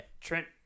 Trent